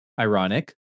ironic